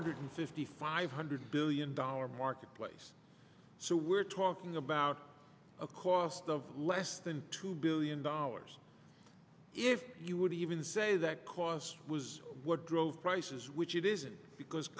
hundred fifty five hundred billion dollar marketplace so we're talking about a cost of less than two billion dollars if you would even say that cost was what drove prices which it isn't because